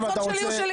הקול שלי הוא שלי.